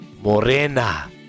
morena